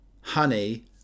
honey